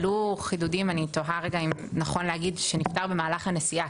עלו חידודים ואני תוהה האם נכון להגיד: "שנפטר במהלך הנסיעה"?